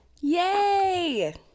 Yay